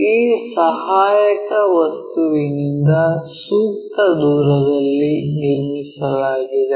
ಈ ಸಹಾಯಕ ವಸ್ತುವಿನಿಂದ ಸೂಕ್ತ ದೂರದಲ್ಲಿ ನಿರ್ಮಿಸಲಾಗಿದೆ